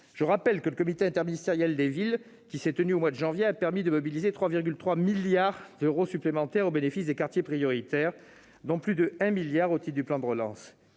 environnementaux. Le comité interministériel des villes qui s'est tenu au mois de janvier dernier a permis de mobiliser 3,3 milliards d'euros supplémentaires au bénéfice des quartiers prioritaires, dont plus de 1 milliard d'euros au titre du plan de relance.